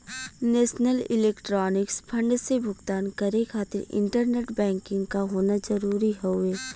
national electronics fund से भुगतान करे खातिर इंटरनेट बैंकिंग क होना जरुरी हउवे